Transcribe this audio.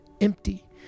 empty